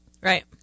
Right